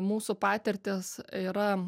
mūsų patirtys yra